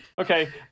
okay